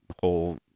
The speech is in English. whole